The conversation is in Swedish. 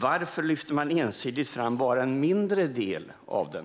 Varför lyfter man ensidigt fram bara en mindre del av den?